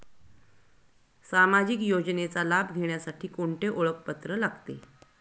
सामाजिक योजनेचा लाभ घेण्यासाठी कोणते ओळखपत्र लागते?